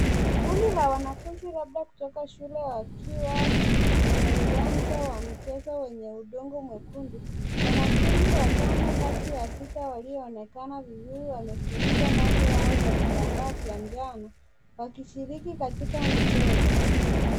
Kundi la wanafunzi labda kutoka shule wakiwa kwenye uwanja wa michezo wenye udongo mwekundu. Wanafunzi watano kati ya tisa wasioonekana vizuri wamefunika macho yao kwa vitambaa vya njano wakishiriki katika mchezo.